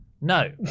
No